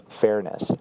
fairness